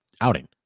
outing